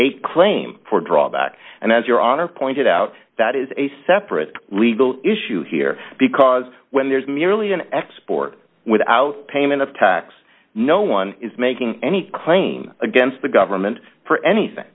a claim for drawback and as your honor pointed out that is a separate legal issue here because when there is merely an export without payment of tax no one dollar is making any claim against the government for anything